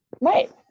Right